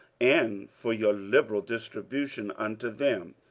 and for your liberal distribution unto them,